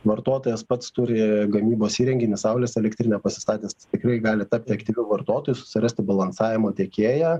vartotojas pats turi gamybos įrenginį saulės elektrinę pasistatęs tikrai gali tapti aktyviu vartotoju susirasti balansavimo tiekėją